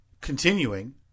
continuing